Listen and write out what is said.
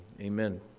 Amen